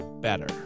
Better